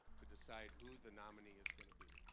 to decide who the nominee is going to be.